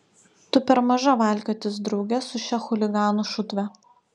tu per maža valkiotis drauge su šia chuliganų šutve